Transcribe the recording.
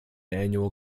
annual